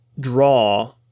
draw